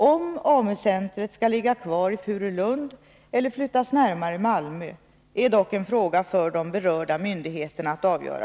Om AMU-centret skall ligga kvar i Furulund eller flyttas närmare Malmö är dock en fråga för de berörda myndigheterna att avgöra.